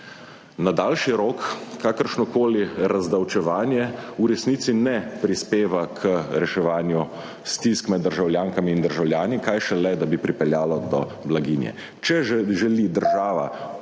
Na daljši rok kakršnokoli razdavčevanje v resnici ne prispeva k reševanju stisk med državljankami in državljani, kaj šele da bi pripeljalo do blaginje. Če želi država